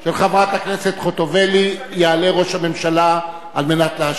של חברת הכנסת חוטובלי יעלה ראש הממשלה על מנת להשיב.